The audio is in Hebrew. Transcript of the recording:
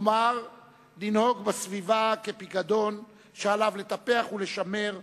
כלומר לנהוג בסביבה כפיקדון שעליו לטפח ולשמר.